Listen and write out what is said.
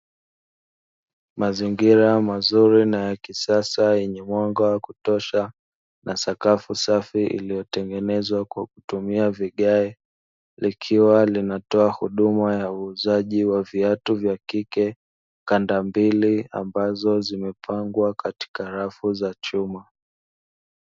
Mazingira mazuri na ya kisasa na yenye mwanga wa kutosha na sakafu safi iliyotengenezwa kwa vigae, likiwa linatoa huduma ya uuzaji wa viatu vya kike, kandambili ambazo zimepangwa katika rafu za chuma.